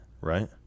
right